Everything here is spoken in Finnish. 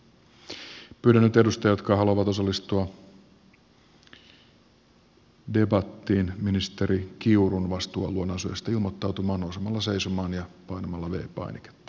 pyydän nyt edustajia jotka haluavat osallistua debattiin ministeri kiurun vastuualueen asioista ilmoittautumaan nousemalla seisomaan ja painamalla v painiketta